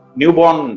newborn